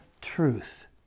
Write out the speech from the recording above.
truth